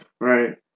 Right